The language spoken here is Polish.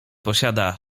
posiada